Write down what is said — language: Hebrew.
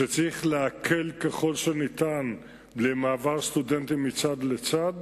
שצריך להקל ככל שניתן על מעבר סטודנטים מצד לצד,